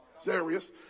Serious